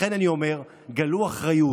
לכן אני אומר, גלו אחריות.